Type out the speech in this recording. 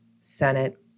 Senate